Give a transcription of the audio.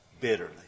bitterly